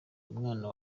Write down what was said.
umwana